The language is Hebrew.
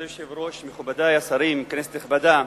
אדוני היושב-ראש, מכובדי השרים, כנסת נכבדה,